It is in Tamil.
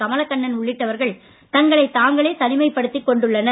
கமலக்கண்ணன் உள்ளிட்டவர்கள் தங்களைத் தாங்களே தனிமைப் படுத்திக் கொண்டுள்ளனர்